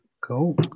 Cool